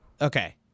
Okay